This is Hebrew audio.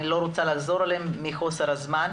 אני לא אחזור עליהם מחוסר הזמן.